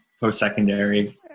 post-secondary